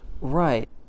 Right